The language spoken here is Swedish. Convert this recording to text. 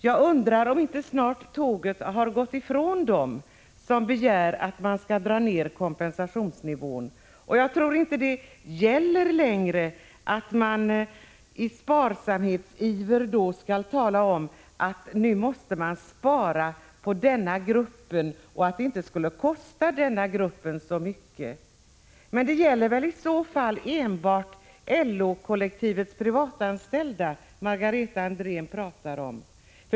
Jag undrar om inte tåget snart har gått ifrån dem som begär att kompensationsnivån skall dras ned. Jag tror inte att det längre är gångbart att isparsamhetsiver tala om att man måste spara på denna grupp och att det inte skulle kosta dem som berörs så mycket. Jag antar att det är enbart LO-kollektivets privatanställda som Margareta Andrén pratar om.